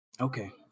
Okay